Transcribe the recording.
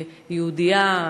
יהודייה,